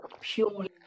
purely